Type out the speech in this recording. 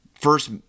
first